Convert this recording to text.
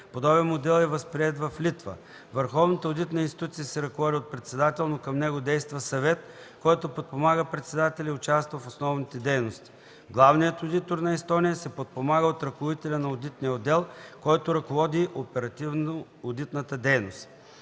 Подобен модел е възприет в Литва. Върховната одитна институция се ръководи от председател, но към него действа съвет, който подпомага председателя и участва в основните дейности. Главният одитор на Естония се подпомага от ръководителя на одитния отдел, който ръководи оперативно одитната дейност.